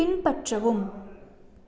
பின்பற்றவும்